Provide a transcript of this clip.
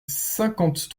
cinquante